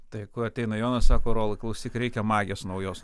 tai ko ateina jonas sako rolai klausyk reikia magės naujos